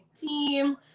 team